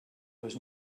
was